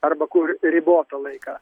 arba kur ribotą laiką